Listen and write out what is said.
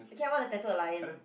okay I want to tattoo a lion